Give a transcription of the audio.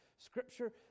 Scripture